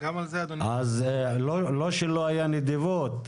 לא שלא הייתה נדיבות,